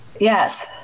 yes